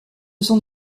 sont